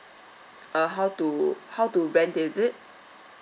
uh how to how to rent is it